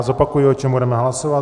Zopakuji, o čem budeme hlasovat.